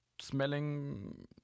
smelling